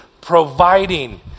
providing